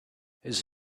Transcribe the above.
his